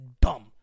dumb